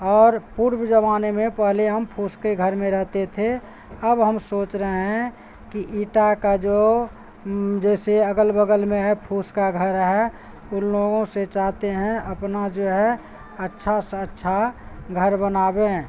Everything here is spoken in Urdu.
اور پرب جمانے میں پہلے ہم پھوس کے گھر میں رہتے تھے اب ہم سوچ رہے ہیں کہ ایٹا کا جو جیسے اگل بگل میں ہے پھوس کا گھر ہے ان لوگوں سے چاہتے ہیں اپنا جو ہے اچھا سا اچھا گھر بنابیں